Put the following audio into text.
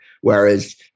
whereas